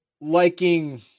liking